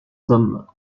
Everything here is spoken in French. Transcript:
hommes